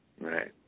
Right